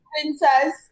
Princess